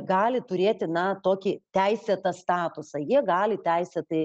gali turėti na tokį teisėtą statusą jie gali teisėtai